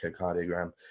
echocardiogram